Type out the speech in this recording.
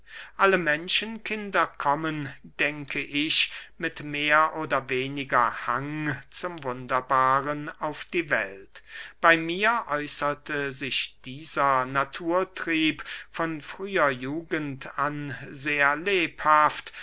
alle menschenkinder kommen denke ich mit mehr oder weniger hang zum wunderbaren auf die welt bey mir äußerte sich dieser naturtrieb von früher jugend an sehr lebhaft